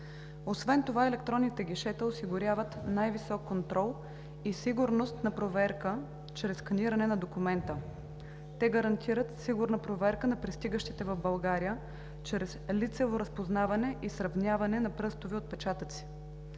Освен това електронните гишета осигуряват най-висок контрол и сигурност на проверка чрез сканиране на документа. Те гарантират сигурна проверка на пристигащите в България чрез лицево разпознаване и сравняване на пръстови отпечатъци.